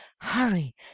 hurry